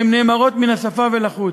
הן נאמרות מן השפה ולחוץ.